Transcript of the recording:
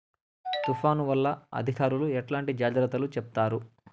తుఫాను వల్ల అధికారులు ఎట్లాంటి జాగ్రత్తలు చెప్తారు?